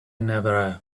never